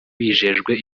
bijejwe